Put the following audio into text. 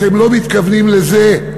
אתם לא מתכוונים לזה.